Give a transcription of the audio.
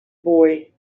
boy